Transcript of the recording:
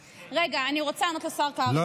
רגע, אני רוצה לענות לשר קרעי.